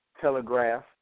Telegraph